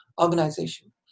organization